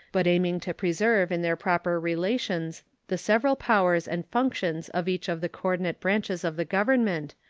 but aiming to preserve in their proper relations the several powers and functions of each of the coordinate branches of the government,